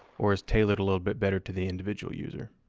or is tailored a little bit better to the individual user.